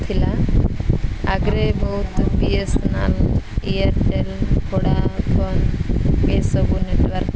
ଥିଲା ଆଗରେ ବହୁତ P S N L Airtel Vodafone ପିଏସ୍କୁ ନେଟୱାର୍କ